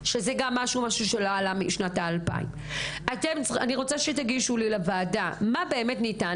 שזה גם משהו שלא עלה משנת 2000. תגישו לי בוועדה מה באמת ניתן.